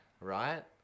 Right